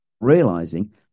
realizing